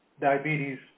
diabetes